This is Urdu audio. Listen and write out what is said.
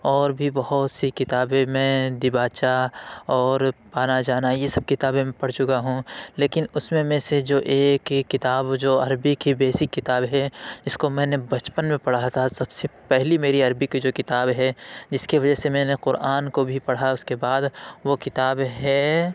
اور بھی بہت سی کتابیں میں دیباچہ اور پانا جانا یہ سب کتابیں میں پڑھ چکا ہوں لیکن اس میں میں سے جو ایک ایک کتاب جو عربی کی بیسک کتاب ہے اس کو میں نے بچپن میں پڑھا تھا سب سے پہلی میری عربی کی جو کتاب ہے جس کے وجہ سے میں نے قرآن کو بھی پڑھا اس کے بعد وہ کتاب ہے